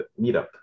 meetup